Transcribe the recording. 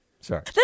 Sorry